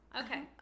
Okay